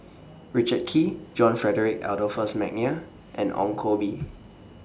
Richard Kee John Frederick Adolphus Mcnair and Ong Koh Bee